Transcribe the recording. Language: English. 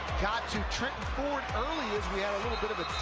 got to trenton ford earlier, had a little bit the